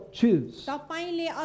choose